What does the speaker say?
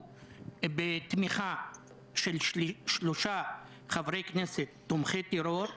בתמיכה של שלושה חברי כנסת תומכי טרור,